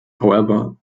however